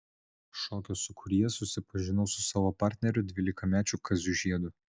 šokio sūkuryje susipažinau su savo partneriu dvylikmečiu kaziu žiedu